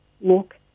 look